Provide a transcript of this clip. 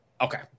Okay